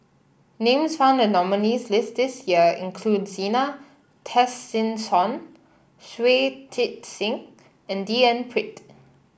names found in the nominees' list this year include Zena Tessensohn Shui Tit Sing and D N Pritt